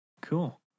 Cool